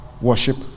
worship